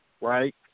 right